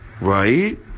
right